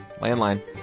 Landline